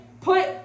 put